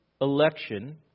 election